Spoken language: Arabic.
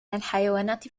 الحيوانات